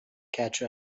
catch